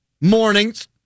Mornings